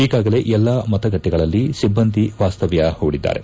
ಈಗಾಗಲೇ ಎಲ್ಲಾ ಮತಗಟ್ಟೆಗಳಲ್ಲಿ ಸಿಬ್ಬಂದಿ ವಾಸ್ತವ್ಯ ಪೂಡಿದ್ದಾರೆ